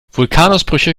vulkanausbrüche